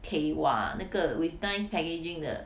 pei wah 那个 with nice packaging 的